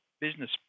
business